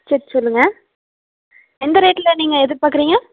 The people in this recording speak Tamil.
சரி சொல்லுங்கள் எந்த ரேட்டில் நீங்கள் எதிர்பார்க்குறீங்க